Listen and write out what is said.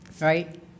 right